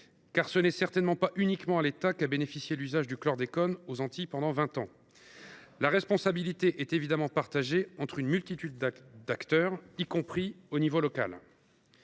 ce n’est certainement pas uniquement à l’État qu’a bénéficié l’usage du chlordécone aux Antilles pendant vingt ans. La responsabilité est évidemment partagée entre une multitude d’acteurs, y compris locaux.